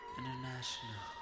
International